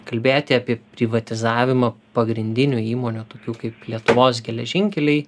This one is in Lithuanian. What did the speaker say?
kalbėti apie privatizavimą pagrindinių įmonių tokių kaip lietuvos geležinkeliai